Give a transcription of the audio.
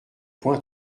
point